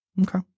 okay